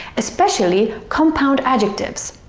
especially compound adjectives.